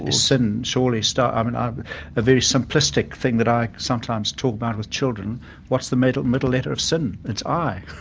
ah sin surely starts, i mean, i've a very simplistic thing that i sometimes talk about with children what's the middle middle letter of sin? it's i.